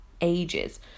ages